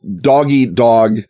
dog-eat-dog